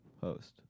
host